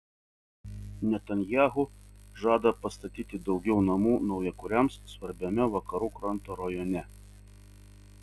netanyahu žada pastatyti daugiau namų naujakuriams svarbiame vakarų kranto rajone